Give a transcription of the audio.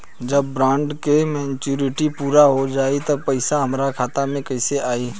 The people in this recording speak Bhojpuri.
जब बॉन्ड के मेचूरिटि पूरा हो जायी त पईसा हमरा खाता मे कैसे आई?